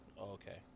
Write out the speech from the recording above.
Okay